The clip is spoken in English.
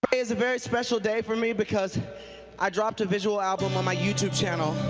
is a very special day for me because i dropped a visual album on my youtube channel.